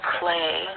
play